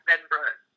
Edinburgh